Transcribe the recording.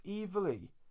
evilly